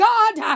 God